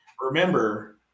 remember